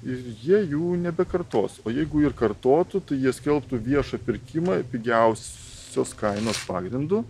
ir jie jų nebekartos o jeigu ir kartotų tai jie skelbtų viešą pirkimą pigiausios kainos pagrindu